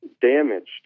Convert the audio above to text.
damaged